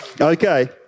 Okay